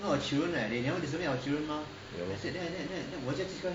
ya lor